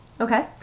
Okay